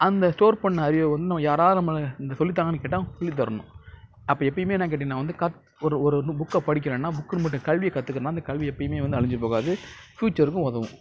அந்த ஸ்டோர் பண்ண அறிவை வந்து நம்ம யாராவது நம்மளை இது சொல்லித்தாங்கன்னு கேட்டால் சொல்லித் தரணும் அப்படி எப்பேயுமே என்ன கேட்டீங்கன்னால் வந்து கற் ஒரு ஒரு நு புக்கை படிக்கிறன்னால் புக்குனு மட்டும் கல்வியை கற்றுக்கிறேன்னா அந்த கல்வி எப்பேயுமே வந்து அழிஞ்சு போகாது ஃப்யூச்சருக்கும் உதவும்